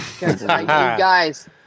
Guys